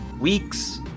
weeks